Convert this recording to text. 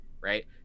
right